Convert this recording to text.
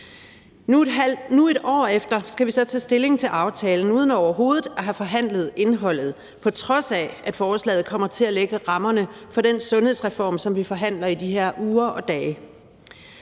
Nu, et år efter, skal vi så tage stilling til aftalen uden overhovedet at have forhandlet indholdet, på trods af at forslaget kommer til at fastlægge rammerne for den sundhedsreform, som vi forhandler i de her uger og dage.